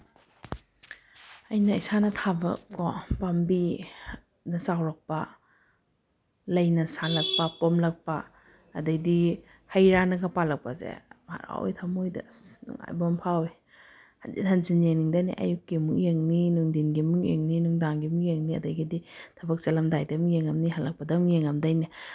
ꯑꯩꯅ ꯏꯁꯥꯅ ꯊꯥꯕꯀꯣ ꯄꯥꯝꯕꯤꯅ ꯆꯥꯎꯔꯛꯄ ꯂꯩꯅ ꯁꯥꯠꯂꯛꯄ ꯄꯣꯝꯂꯛꯄ ꯑꯗꯩꯗꯤ ꯍꯩ ꯔꯥꯅꯒ ꯄꯥꯜꯂꯛꯄꯁꯦ ꯍꯔꯥꯎꯋꯤ ꯊꯝꯃꯣꯏꯗ ꯑꯁ ꯅꯨꯡꯉꯥꯏꯕ ꯑꯃ ꯐꯥꯎꯋꯦ ꯍꯟꯖꯤꯟ ꯍꯟꯖꯤꯟ ꯌꯦꯡꯅꯤꯡꯗꯣꯏꯅꯦ ꯑꯌꯨꯛꯀꯤ ꯑꯃꯨꯛ ꯌꯦꯡꯅꯤ ꯅꯨꯡꯊꯤꯟꯒꯤ ꯑꯃꯨꯛ ꯌꯦꯡꯅꯤ ꯅꯨꯡꯗꯥꯡꯒꯤ ꯑꯃꯨꯛ ꯌꯦꯡꯅꯤ ꯑꯗꯒꯤꯗꯤ ꯊꯕꯛ ꯆꯠꯂꯝꯗꯥꯏꯗ ꯑꯃꯨꯛ ꯌꯦꯡꯉꯝꯅꯤ ꯍꯜꯂꯛꯄꯗ ꯑꯃꯨꯛ ꯌꯦꯡꯉꯝꯗꯣꯏꯅꯤ